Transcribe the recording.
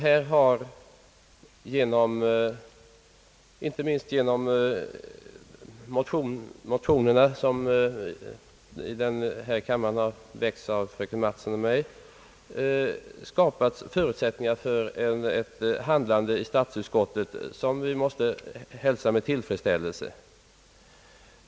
Här har inte minst genom de motioner, som i kammaren har väckts av fröken Mattson och mig, skapats förutsättningar för ett handlande i statsutskottet som vi måste hälsa med tillfreds ställelse.